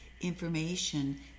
information